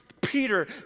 Peter